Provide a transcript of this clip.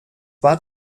war